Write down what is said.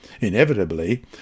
Inevitably